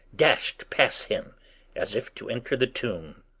dashed past him as if to enter the tomb.